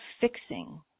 fixing